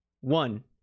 One